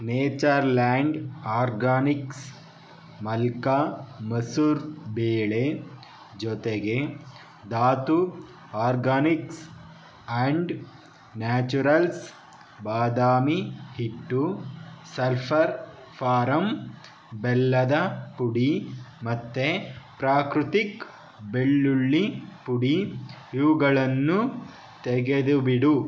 Natureland organics ಮಲ್ಕಾ ಮಸೂರ್ ಬೇಳೆ ಜೊತೆಗೆ ಧಾತು ಆರ್ಗಾನಿಕ್ಸ್ ಆ್ಯಂಡ್ ನ್ಯಾಚುರಲ್ಸ್ ಬಾದಾಮಿ ಹಿಟ್ಟು ಸಲ್ಫರ್ ಫಾರಮ್ ಬೆಲ್ಲದ ಪುಡಿ ಮತ್ತು ಪ್ರಾಕೃತಿಕ್ ಬೆಳ್ಳುಳ್ಳಿ ಪುಡಿ ಇವುಗಳನ್ನು ತೆಗೆದುಬಿಡು